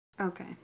Okay